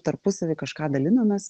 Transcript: tarpusavy kažką dalinomės